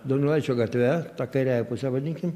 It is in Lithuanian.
donelaičio gatve kairiąja puse vadinkime